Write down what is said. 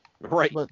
Right